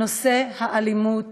האלימות,